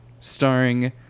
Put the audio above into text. starring